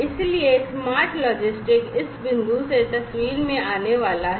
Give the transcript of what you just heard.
इसलिए smart logistics इस बिंदु से तस्वीर में आने वाला है